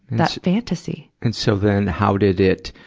that fantasy. and so, then, how did it,